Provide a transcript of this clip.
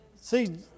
See